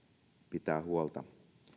pitää huolta